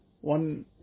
one